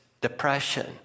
depression